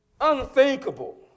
unthinkable